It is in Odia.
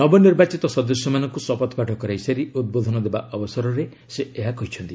ନବନିର୍ବାଚିତ ସଦସ୍ୟମାନଙ୍କୁ ଶପଥପାଠ କରାଇସାରି ଉଦ୍ବୋଧନ ଦେବା ଅବସରରେ ସେ ଏହା କହିଛନ୍ତି